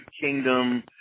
kingdom